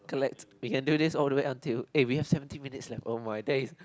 correct we can do this all the way until eh we have seventeen minutes left oh my day